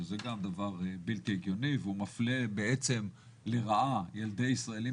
שזה גם דבר בלתי הגיוני והוא מפלה בעצם לרעה ילדי ישראלים